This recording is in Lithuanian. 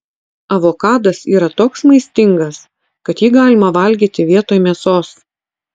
avokadas yra toks maistingas kad jį galima valgyti vietoj mėsos